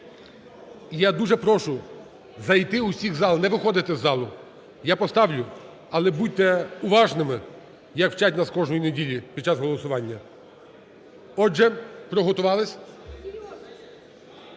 я дуже прошу зайти усіх в зал, не виходити із залу. Я поставлю, але будьте уважними, як вчать нас кожної неділі під час голосування. Отже, приготувались,